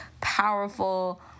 powerful